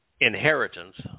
inheritance